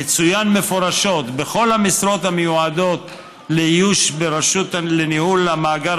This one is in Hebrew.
מצוין מפורשות בכל המשרות המיועדות לאיוש ברשות לניהול המאגר